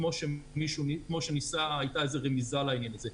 כמו שהייתה איזו רמיזה לעניין הזה.